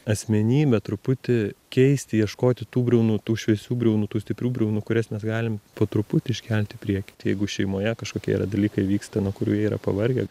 asmenybę truputį keisti ieškoti tų briaunų tų šviesių briaunų tų stiprių briaunų kurias mes galim po truputį iškelt į priekį tai jeigu šeimoje kažkokie yra dalykai vyksta nuo kurių jie yra pavargę